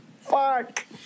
fuck